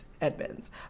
Edmonds